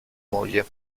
moglie